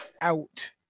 out